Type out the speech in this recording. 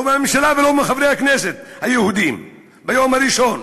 לא בממשלה ולא בין חברי הכנסת היהודים ביום הראשון,